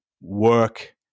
work